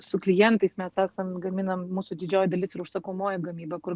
su klientais mes esam gaminam mūsų didžioji dalis yra užsakomoji gamyba kur